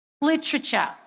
literature